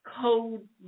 code